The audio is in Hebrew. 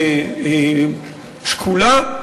ושקולה,